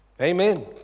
Amen